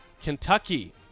Kentucky